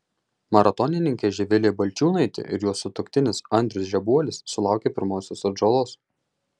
maratonininkė živilė balčiūnaitė ir jos sutuoktinis andrius žebuolis sulaukė pirmosios atžalos